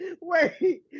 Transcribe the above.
wait